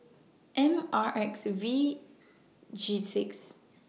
M R X V G six